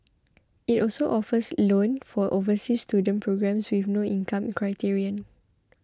it also offers loan for overseas student programmes with no income criterion